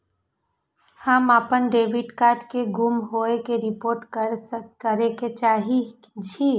हम अपन debit card के गुम होय के रिपोर्ट करे के चाहि छी